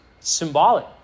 symbolic